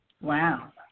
Wow